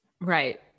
Right